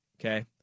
okay